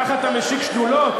כך אתה משיק שדולות?